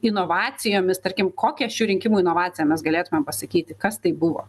inovacijomis tarkim kokią šių rinkimų inovaciją mes galėtume pasakyti kas tai buvo